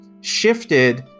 shifted